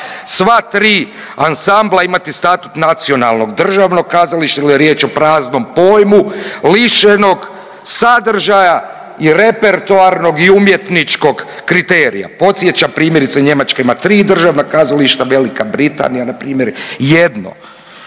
sva 3 ansambla imati statut nacionalnog državnog kazališta ili je riječ o praznom pojmu lišenog sadržaja i repertoarnog i umjetničkog kriterija? Podsjećam, primjerice, Njemačka ima 3 državna kazališta, Velika Britanija, npr. 1.